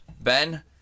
Ben